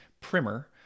primer